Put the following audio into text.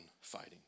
fighting